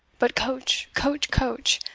but coach! coach! coach!